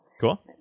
Cool